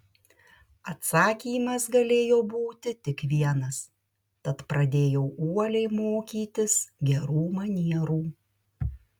atsakymas galėjo būti tik vienas tad pradėjau uoliai mokytis gerų manierų